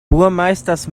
burmeisters